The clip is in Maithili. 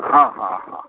हॅं हॅं हॅं